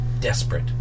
desperate